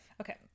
Okay